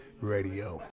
Radio